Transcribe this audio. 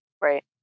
Right